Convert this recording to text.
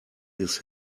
his